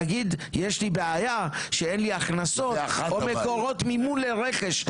תגיד יש לי בעיה שאין לי הכנסות או מקורות מימון לרכש,